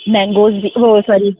mangoes वह sorry